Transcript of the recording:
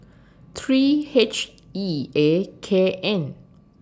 three H E A K N